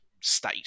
state